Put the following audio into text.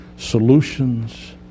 solutions